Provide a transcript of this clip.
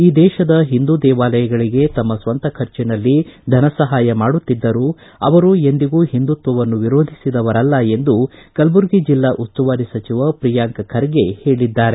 ಈ ದೇಶದ ಹಿಂದೂ ದೇವಾಲಯಗಳಿಗೆ ತಮ್ಮ ಸ್ವಂತ ಖರ್ಚಿನಲ್ಲಿ ಧನ ಸಹಾಯ ಮಾಡುತ್ತಿದ್ದರು ಅವರು ಎಂದಿಗೂ ಹಿಂದುತ್ವವನ್ನು ವಿರೋಧಿಸಿದವರಲ್ಲ ಎಂದು ಕಲ್ಪರ್ಗಿ ಜಿಲ್ಲಾ ಉಸ್ತುವಾರಿ ಸಚಿವ ಪ್ರಿಯಾಂಕ್ ಖರ್ಗೆ ಹೇಳಿದ್ದಾರೆ